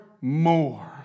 more